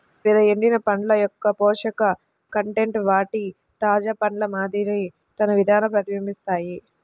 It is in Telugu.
వివిధ ఎండిన పండ్ల యొక్కపోషక కంటెంట్ వాటి తాజా పండ్ల మాదిరి తన విధాన ప్రతిబింబిస్తాయి